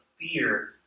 fear